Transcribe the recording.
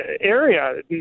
area